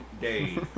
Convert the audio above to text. day